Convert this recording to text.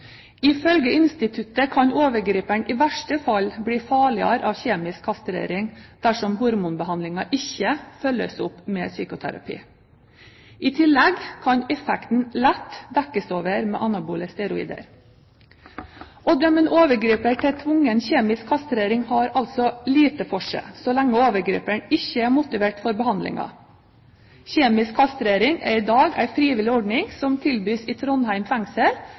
Ifølge instituttet kan overgriperen i verste fall bli farligere av kjemisk kastrering dersom hormonbehandlingen ikke følges opp med psykoterapi. I tilegg kan effekten lett dekkes over med anabole steroider. Å dømme en overgriper til tvungen kjemisk kastrering har altså lite for seg så lenge overgriperen ikke er motivert for behandlingen. Kjemisk kastrering er i dag en frivillig ordning som tilbys i Trondheim fengsel,